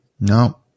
no